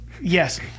Yes